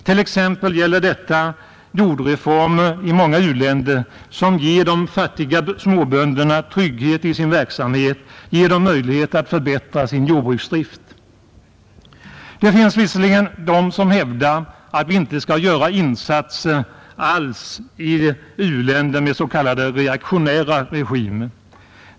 Detta gäller t.ex. jordreformer i många u-länder som ger de fattiga småbönderna trygghet i sin verksamhet, ger dem möjlighet att förbättra sin jordbruksdrift. Det finns visserligen de som hävdar att vi inte skall göra några insatser alls i u-länder med s.k. reaktionära regimer.